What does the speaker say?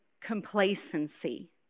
complacency